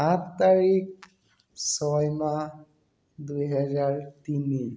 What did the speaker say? আঠ তাৰিখ ছয় মাহ দুহেজাৰ তিনি